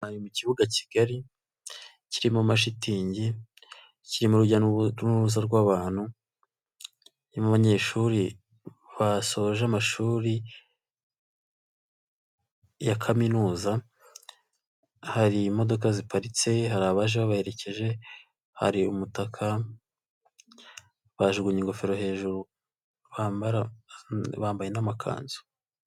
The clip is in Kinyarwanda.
Mu kibuga kigali kirimo mashitingi, kirimo urujya n'uruza rw'abantu, kirimo abanyeshuri basoje amashuri ya kaminuz,a hari imodoka ziparitse, hari abaje babaherekeje, hari umutaka, bajugunye ingofero hejuru bambara bambaye n'amakanzu.